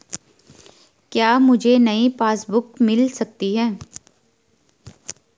क्या मुझे नयी पासबुक बुक मिल सकती है?